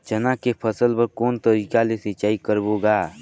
चना के फसल बर कोन तरीका ले सिंचाई करबो गा?